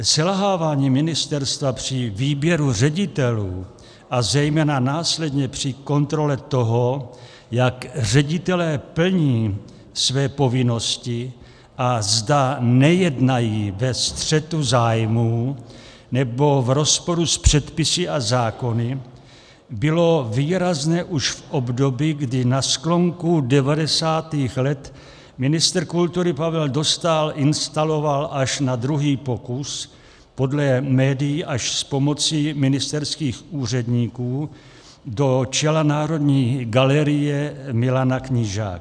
Selhávání ministerstva při výběru ředitelů a zejména následně při kontrole toho, jak ředitelé plní své povinnosti a zda nejednají ve střetu zájmů nebo v rozporu s předpisy a zákony, bylo výrazné už v období, kdy na sklonku devadesátých let ministr kultury Pavel Dostál instaloval až na druhý pokus, podle médií až s pomocí ministerských úředníků, do čela Národní galerie Milana Knížáka.